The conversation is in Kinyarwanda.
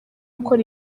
gukora